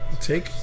Take